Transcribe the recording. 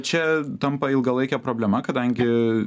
čia tampa ilgalaike problema kadangi